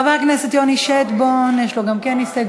חבר הכנסת יוני שטבון, יש לו גם כן הסתייגות,